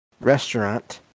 Restaurant